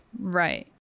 right